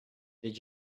did